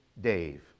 Dave